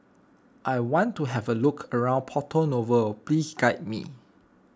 I want to have a look around Porto Novo please guide me